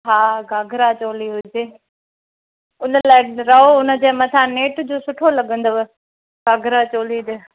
हा घाघरा चोली हुजे उन लाइ रओ उन जे मथां नेट जो सुठो लॻंदव घाघरा चोली जे